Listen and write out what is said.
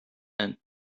and